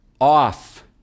off